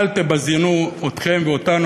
אל תבזיינו אתכם ואותנו.